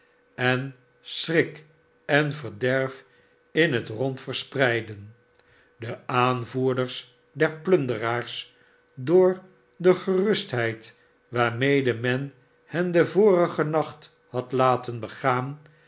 en schrik en verderf in het rond verspreiden de aanvoerders der plunderaars door de gerustheid waarmede men hen den vorigen nacht had laten begaan